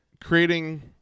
creating